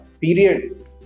period